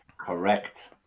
Correct